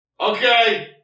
Okay